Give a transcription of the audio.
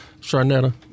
Charnetta